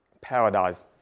paradise